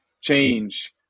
change